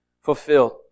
fulfilled